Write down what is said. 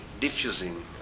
diffusing